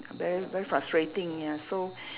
very very frustrating ya so